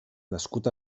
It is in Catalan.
nascut